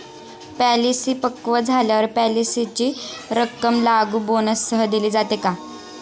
Policy पक्व झाल्यावर पॉलिसीची रक्कम लागू बोनससह दिली जाते का?